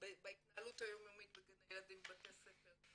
בהתנהלות היום יומית בגני ילדים ובבתי הספר,